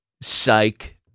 psych